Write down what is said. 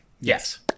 yes